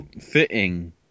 Fitting